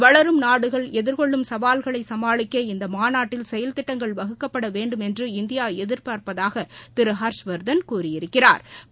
வளரும் நாடுகள் எதிர்கொள்ளும் சவால்களை சமாளிக்க இந்த மாநாட்டில் செயல் திட்டங்கள் வகுக்கப்பட வேண்டும் என்று இந்தியா எதிர்பார்ப்பதாக திரு ஹர்ஷ்வர்தன் கூறியிருக்கிறாா்கள்